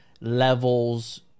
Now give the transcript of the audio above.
levels